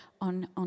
on